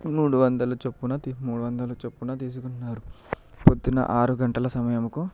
మూడు వందల చొప్పున మూడు వందల చొప్పున తీసుకున్నారు ప్రొద్దున ఆరు గంటల సమయంకు